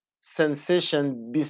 sensation